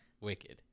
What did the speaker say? Wicked